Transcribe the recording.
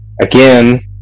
again